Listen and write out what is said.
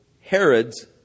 Herod's